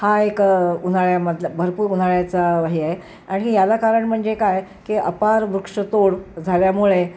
हा एक उन्हाळ्यामधला भरपूर उन्हाळ्याचा हे आहे आणि याला कारण म्हणजे काय की अपार वृक्षतोड झाल्यामुळे